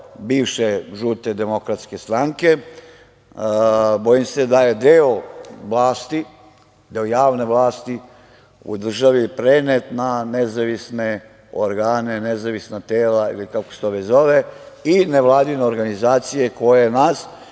bivše žute DS, bojim se da je deo vlasti, deo javne vlasti u državi prenet na nezavisne organe, nezavisna tela ili kako se to već zove i nevladine organizacije koje nas